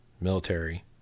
military